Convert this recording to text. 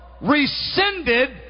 rescinded